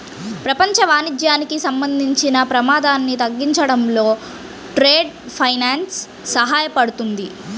ప్రపంచ వాణిజ్యానికి సంబంధించిన ప్రమాదాన్ని తగ్గించడంలో ట్రేడ్ ఫైనాన్స్ సహాయపడుతుంది